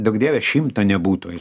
duok dieve šimto nebūtų